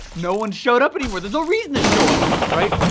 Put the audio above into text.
no one showed up anymore, there's no reason to show up, right,